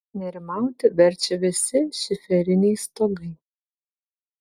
nerimauti verčia visi šiferiniai stogai